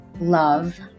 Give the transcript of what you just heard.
love